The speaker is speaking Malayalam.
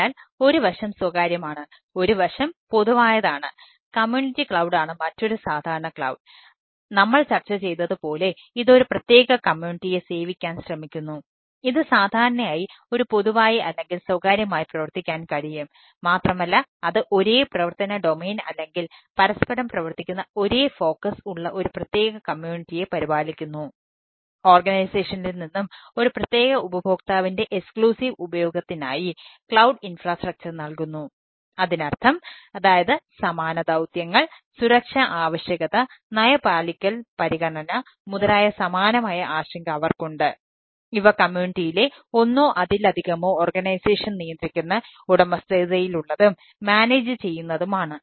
അതിനാൽ ഒരു വശം സ്വകാര്യമാണ് ഒരു വശം പൊതുവായതാണ് കമ്മ്യൂണിറ്റി ക്ലൌഡ് ചെയ്യുന്നതുമാണ്